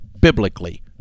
biblically